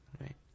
right